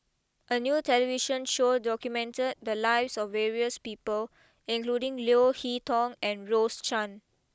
a new television show documented the lives of various people including Leo Hee Tong and Rose Chan